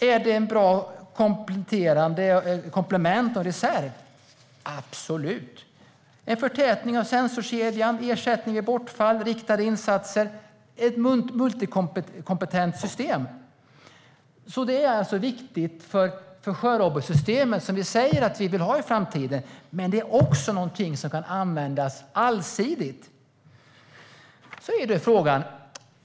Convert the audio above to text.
Är det ett bra komplement och en reserv? Absolut! Det innebär förtätning av sensorkedjan, ersättning vid bortfall, riktade insatser - ett multikompetent system. Det är alltså viktigt för sjörobotsystemet som vi säger att vi vill ha i framtiden, men det är också någonting som kan användas allsidigt.